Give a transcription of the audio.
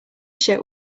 shirt